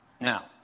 Now